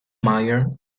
meyer